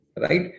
right